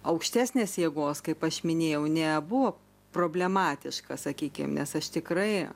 aukštesnės jėgos kaip aš minėjau nebuvo problematiškas sakykim nes aš tikrai